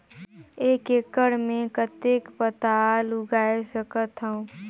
एक एकड़ मे कतेक पताल उगाय सकथव?